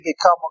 become